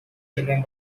children